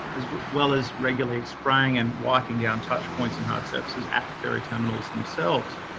as well as regularly spraying and wiping down touchpoints and hard surfaces at the ferry terminals themselves.